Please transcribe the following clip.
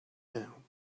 down